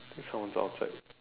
think someone's outside